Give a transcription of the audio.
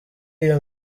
iyo